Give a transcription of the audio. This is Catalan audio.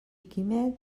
quimet